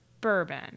bourbon